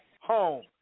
home